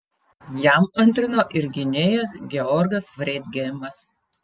jam antrino ir gynėjas georgas freidgeimas